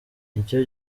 nicyo